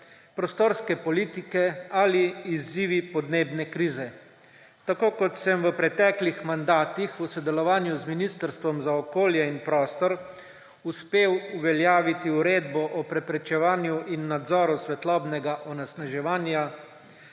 prostorske politike ali izzivi podnebne krize. Tako kot sem v preteklih mandatih v sodelovanju z Ministrstvom za okolje in prostor uspel uveljaviti uredbo o preprečevanju in nadzoru svetlobnega onesnaževanja,